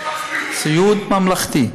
סיעוד ממלכתי.